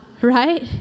right